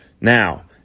Now